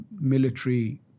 military